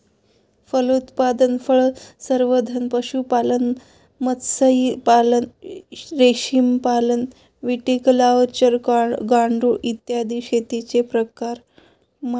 फलोत्पादन, फळसंवर्धन, पशुपालन, मत्स्यपालन, रेशीमपालन, व्हिटिकल्चर, गांडूळ, इत्यादी शेतीचे प्रकार मानतात